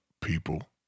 people